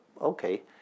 Okay